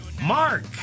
Mark